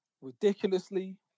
ridiculously